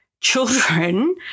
children